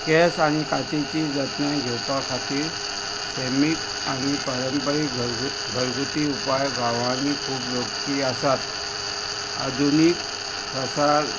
केंस आनी कातीची जतनाय घेवपा खातीर सैमीक आनी पारंपारीक घरग घरगुती उपाय गांवांनी खूब लोकप्रिय आसात आधुनीक प्रसार